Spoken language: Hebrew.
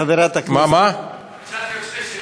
שאלתי עוד